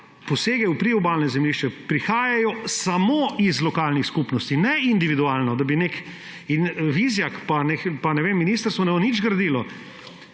posege v priobalna zemljišča prihajajo samo iz lokalnih skupnosti, ne individualno, da bi nek Vizjak pa, ne vem … Ministrstvo ne bo nič gradilo.